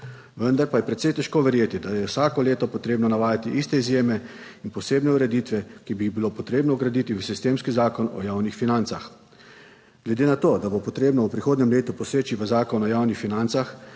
vendar pa je precej težko verjeti, da je vsako leto potrebno navajati iste izjeme in posebne **9. TRAK (VI) 9.40** (nadaljevanje) ureditve, ki bi jih bilo potrebno vgraditi v sistemski Zakon o javnih financah. Glede na to, da bo potrebno v prihodnjem letu poseči v Zakon o javnih financah,